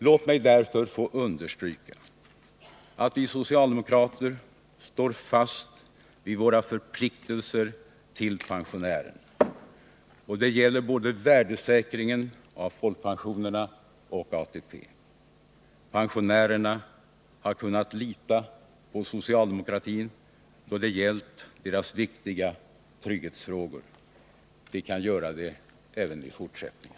Låt mig därför få understryka att vi socialdemokrater står fast vid våra förpliktelser till pensionärerna. Det gäller värdesäkringen av både folkpensionerna och ATP. Pensionärerna har kunnat lita på socialdemokratin då det gällt deras viktiga trygghetsfrågor. De kan göra det även i fortsättningen.